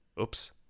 Oops